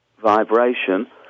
vibration